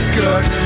good